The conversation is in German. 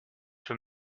für